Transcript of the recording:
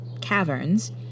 caverns